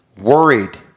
worried